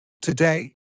Today